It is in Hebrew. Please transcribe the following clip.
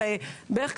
בערך,